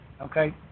okay